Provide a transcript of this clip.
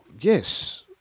yes